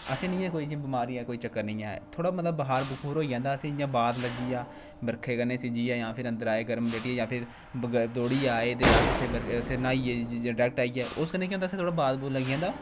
असेंई नि ऐ कोई बीमारी ऐ कोई चक्कर न ऐ थोह्ड़ा मता बखार बखुर होई जंदा असेंई इ'यां बाद लग्गी जा बरखै कन्नै सिज्जी गेआ जां फिर अंदर आए गरम लेटी गे जां फिर दौड़ियै आए दे अस इत्थें इत्थें न्हाइयै जे डरैक्ट आई गे उस कन्नै केह् होंदा असें गी थोह्ड़ा बाद बुद लग्गी जंदा